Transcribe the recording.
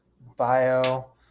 bio